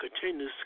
continue